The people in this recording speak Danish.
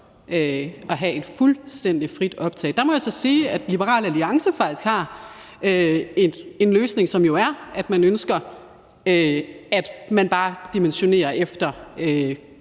at have et fuldstændig frit optag. Der må jeg så sige, at Liberal Alliance faktisk har en løsning, som jo er, at man ønsker, at man bare dimensionerer efter